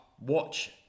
watch